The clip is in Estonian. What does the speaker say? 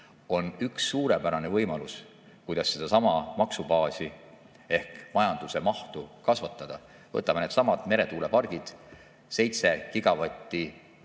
on suurepärane võimalus, kuidas meie maksubaasi ehk majanduse mahtu kasvatada. Võtame needsamad meretuulepargid. 7 gigavatti